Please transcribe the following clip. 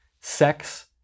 Sex